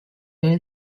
nelle